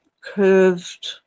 curved